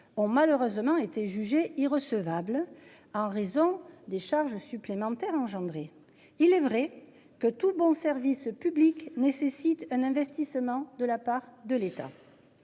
ont malheureusement été jugée irrecevable en raison des charges supplémentaires engendrés. Il est vrai que tout bon service public nécessite un investissement de la part de l'État.